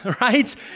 right